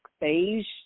beige